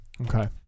Okay